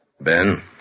Ben